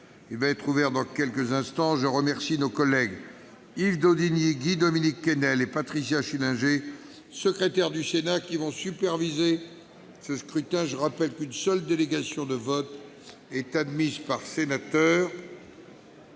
aura lieu en salle des conférences. Je remercie nos collègues Yves Daudigny, Guy-Dominique Kennel et Patricia Schillinger, secrétaires du Sénat, qui vont superviser ce scrutin. Je rappelle qu'une seule délégation de vote est admise par sénateur.